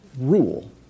Rule